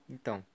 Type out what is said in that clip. Então